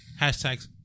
hashtags